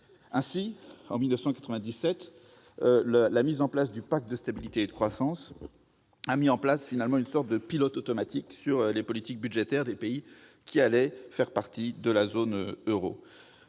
tenu. En 1997, le pacte de stabilité et de croissance a mis en place une sorte de pilotage automatique des politiques budgétaires des pays qui allaient faire partie de la zone euro.